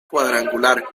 cuadrangular